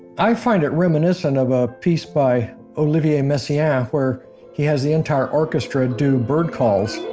i find it reminiscent of a piece by olivier messiaen, yeah where he has the entire orchestra do bird calls.